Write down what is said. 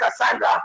Cassandra